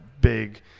big